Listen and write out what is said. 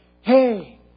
hey